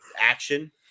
action